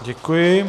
Děkuji.